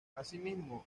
asimismo